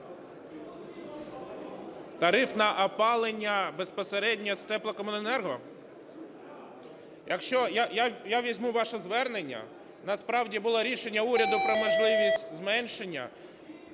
Тариф на опалення безпосередньо з теплокомуненерго? Я візьму ваше звернення. Насправді було рішення уряду про можливість зменшення.